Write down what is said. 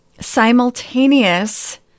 simultaneous